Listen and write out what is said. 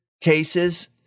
cases